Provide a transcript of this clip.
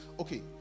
okay